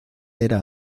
era